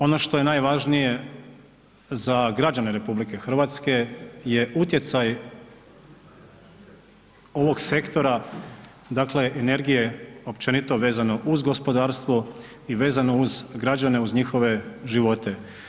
Ono što je najvažnije za građane RH je utjecaj ovog sektora dakle energije općenito vezano uz gospodarstvo i vezano uz građane, uz njihove živote.